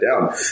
down